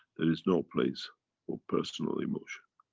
there is no place for personal emotion.